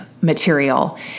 material